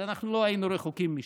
אבל אנחנו לא היינו רחוקים משם.